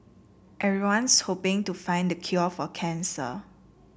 everyone's hoping to find the cure for cancer